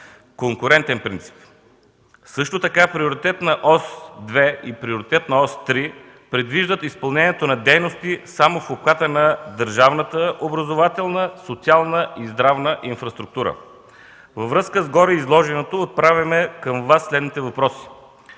конкурентен принцип? Също така, Приоритетна ос 2 и Приоритетна ос 3 предвиждат изпълнението на дейности само в обхвата на държавната образователна, социална и здравна инфраструктура. Във връзка с гореизложеното отправяме към Вас следните въпроси: